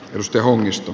rusty hongisto